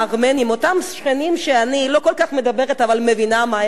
אותם השכנים שאני לא כל כך מדברת אבל מבינה מה הם אמרו,